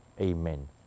Amen